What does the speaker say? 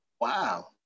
Wow